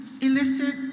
elicit